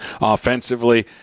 offensively